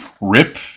rip